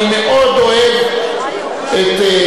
אני מאוד אוהב את,